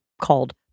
called